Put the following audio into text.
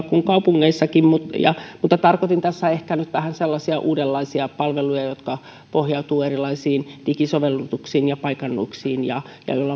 kuin kaupungeissakin mutta tarkoitin tässä ehkä nyt sellaisia uudenlaisia palveluja jotka pohjautuvat erilaisiin digisovellutuksiin ja paikannuksiin ja